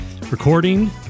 recording